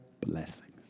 blessings